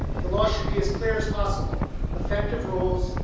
the law should be as clear as possible effective rules,